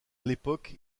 l’époque